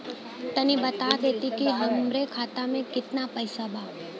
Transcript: तनि बता देती की हमरे खाता में कितना पैसा बा?